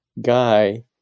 guy